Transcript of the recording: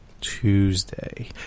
Tuesday